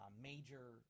major